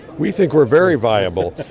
we think we're very viable.